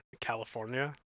California